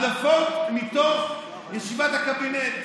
הדלפות מתוך ישיבת הקבינט.